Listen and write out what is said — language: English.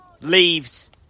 Leaves